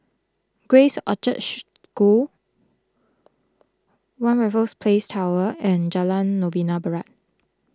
Grace Orchard School one Raffles Place Tower and Jalan Novena Barat